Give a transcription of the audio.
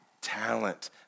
talent